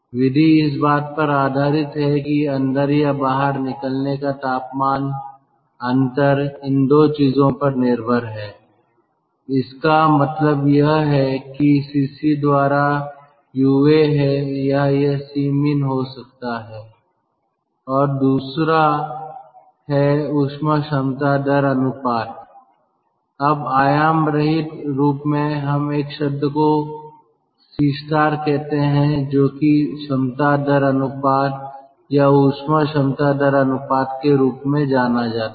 विधि इस बात पर आधारित है कि अंदर या बाहर निकलने का तापमान अंतर इन 2 चीजों पर निर्भर है इसका मतलब यह है कि एक Cc द्वारा UA है या यह C min हो सकता है और दूसरा है ऊष्मा क्षमता दर अनुपात अब आयाम रहित रूप में हम एक शब्द को C कहते हैं जो कि क्षमता दर अनुपात या ऊष्मा क्षमता दर अनुपात के रूप में जाना जाता है